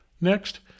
Next